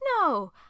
No